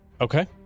Okay